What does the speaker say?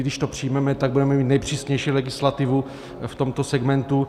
Když to přijmeme, tak budeme mít nejpřísnější legislativu v tomto segmentu.